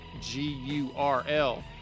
G-U-R-L